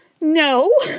No